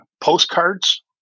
postcards